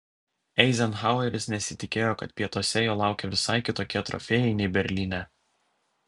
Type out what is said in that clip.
eizenhaueris nesitikėjo kad pietuose jo laukia visai kitokie trofėjai nei berlyne